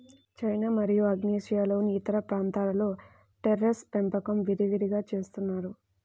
China మరియు ఆగ్నేయాసియాలోని ఇతర ప్రాంతాలలో టెర్రేస్ పెంపకం విరివిగా చేస్తున్నారు